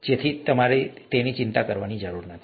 તેથી તમારે આ અંગે ચિંતા કરવાની જરૂર નથી